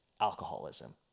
alcoholism